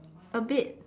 a bit